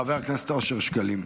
חבר הכנסת אושר שקלים.